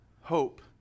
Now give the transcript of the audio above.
hope